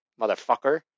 motherfucker